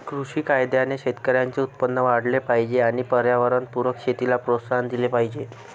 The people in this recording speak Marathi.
कृषी कायद्याने शेतकऱ्यांचे उत्पन्न वाढले पाहिजे आणि पर्यावरणपूरक शेतीला प्रोत्साहन दिले पाहिजे